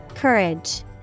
Courage